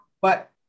But-